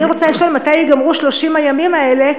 אני רוצה לשאול מתי ייגמרו 30 הימים האלה,